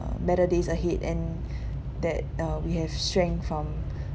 better days ahead and that uh we have strength from